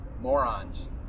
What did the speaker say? morons